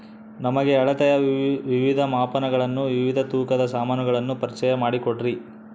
ನಮಗೆ ಅಳತೆಯ ವಿವಿಧ ಮಾಪನಗಳನ್ನು ವಿವಿಧ ತೂಕದ ಸಾಮಾನುಗಳನ್ನು ಪರಿಚಯ ಮಾಡಿಕೊಡ್ರಿ?